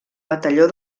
batalló